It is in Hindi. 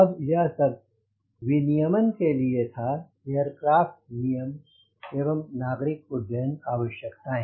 अब यह सब विनियमन के लिए था एयरक्राफ़्ट नियम एवं नागरिक उड्डयन आवश्यकताएं